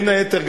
בין היתר,